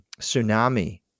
tsunami